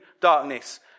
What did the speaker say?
darkness